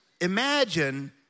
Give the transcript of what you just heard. imagine